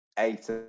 eight